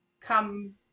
come